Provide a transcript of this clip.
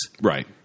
Right